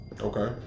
Okay